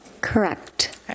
Correct